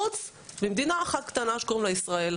חוץ ממדינה אחת קטנה שקוראים לה ישראל.